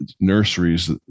nurseries